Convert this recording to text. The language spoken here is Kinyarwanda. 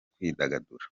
kwidagadura